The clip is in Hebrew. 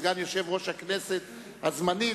סגן יושב-ראש הכנסת הזמני,